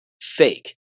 fake